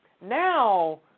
Now